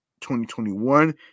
2021